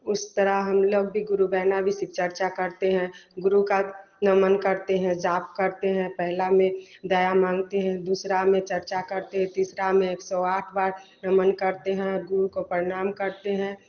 उस तरह हम लोग भी गुरु बहन भी सिर्फ चर्चा करते हैं गुरु का नमन करते हैं जाप करते हैं पहले में दया मांगते हैं दूसरा में चर्चा करते हैं तीसरे में स्वार्थ वाद नमन करते हैं गुरु को प्रणाम करते हैं